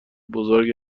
بزرگ